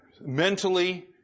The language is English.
mentally